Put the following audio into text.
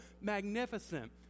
magnificent